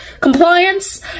compliance